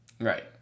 Right